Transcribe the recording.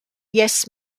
yes